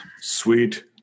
Sweet